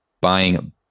buying